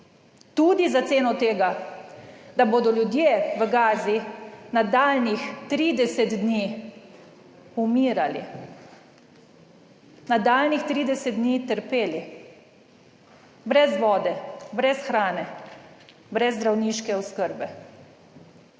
Tudi za ceno tega, da bodo ljudje v Gazi nadaljnjih 30 dni umirali, nadaljnjih 30 dni trpeli brez vode, brez hrane, brez zdravniške oskrbe,